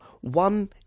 One